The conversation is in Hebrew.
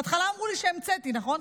בהתחלה אמרו לי שהמצאתי, נכון?